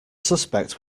suspect